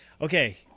Okay